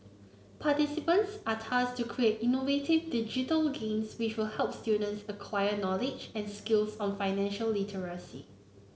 participants are tasked to create innovative digital games which will help students acquire knowledge and skills on financial literacy